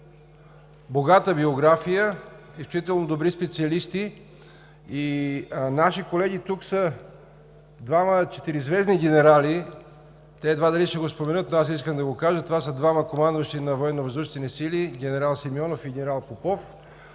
богата биография, с изключително добри специалисти. Наши колеги тук са двама четиризвездни генерали – те едва ли ще го споменат, но аз искам да го кажа, това са двама командващи Военновъздушните ни сили – генерал Симеонов и генерал Попов,